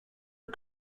her